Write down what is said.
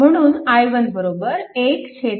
म्हणून i1 13A